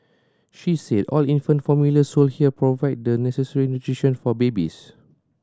she said all infant formula sold here provide the necessary nutrition for babies